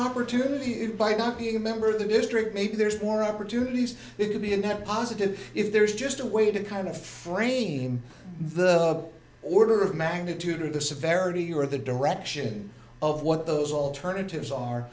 opportunity and by not being a member of the district maybe there's more opportunities it could be and have a positive if there is just a way to kind of frame the order of magnitude of the severity or the direction of what those alternatives are